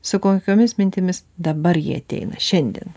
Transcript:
su kokiomis mintimis dabar jie ateina šiandien